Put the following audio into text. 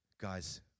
guys